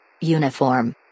Uniform